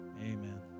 Amen